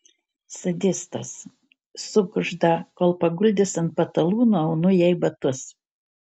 sadistas sukužda kol paguldęs ant patalų nuaunu jai batus